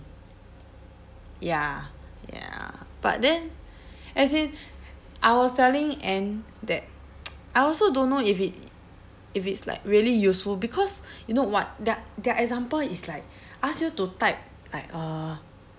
ya ya but then as in I was telling anne that I also don't know if it if it's like really useful because you know [what] their their example is like ask you to type like uh